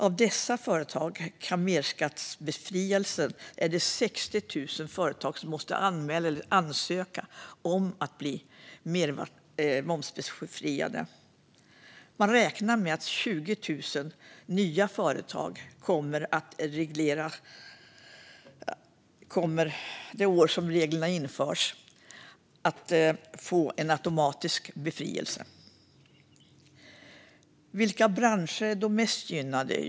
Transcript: Av dessa företag som kan bli mervärdesskattebefriade är det 60 000 företag som måste ansöka om att bli momsbefriade. Man beräknar att 20 000 nya företag kommer att få automatisk befrielse det år reglerna införs. Vilka branscher är då mest gynnade?